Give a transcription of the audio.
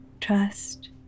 trust